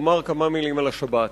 לומר כמה מלים על השבת.